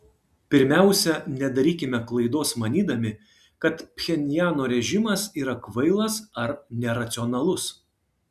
pirmiausia nedarykime klaidos manydami kad pchenjano režimas yra kvailas ar neracionalus